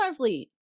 Starfleet